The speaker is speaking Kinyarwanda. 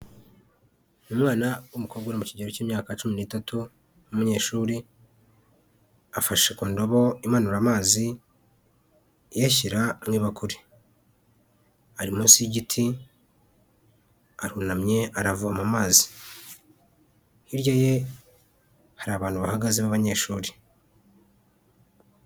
Umwana w'umukobwa mu kigero k'imyaka cumi n'itatu w'umunyeshuri, afashe ku ndobo imanura amazi iyashyira mu ibakure, ari munsi y'igiti arunamye aravoma amazi, hirya ye hari abantu bahagaze b'abanyeshuri.